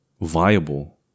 viable